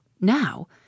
now